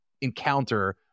encounter